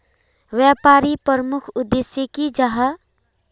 व्यापारी प्रमुख उद्देश्य की जाहा?